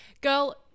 girl